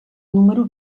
número